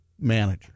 manager